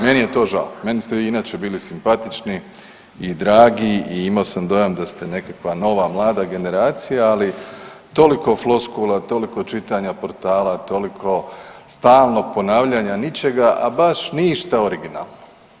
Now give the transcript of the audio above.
Meni je to žao, meni ste vi inače bili simpatični i dragi i imao sam dojam da ste nekakva nova mlada generacija, ali toliko floskula, toliko čitanja portala, toliko stalnog ponavljanja ničega, a baš ništa originalno.